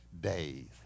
days